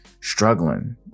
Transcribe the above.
struggling